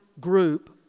group